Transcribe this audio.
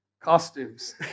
costumes